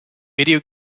video